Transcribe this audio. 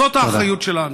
זאת האחריות שלנו.